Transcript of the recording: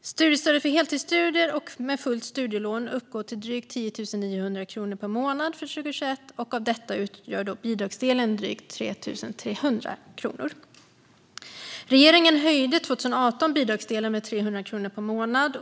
Studiemedel för heltidsstudier med fullt studielån uppgår till drygt 10 900 kronor per månad för 2021. Av detta utgör bidragsdelen drygt 3 300 kronor. Regeringen höjde 2018 bidragsdelen med 300 kronor per månad.